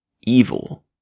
evil